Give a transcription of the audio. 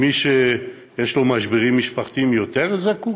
מי שיש לו משברים משפחתיים יותר זקוק,